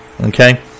okay